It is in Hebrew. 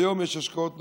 והיום יש השקעות נוספות.